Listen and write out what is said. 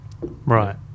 Right